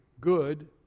good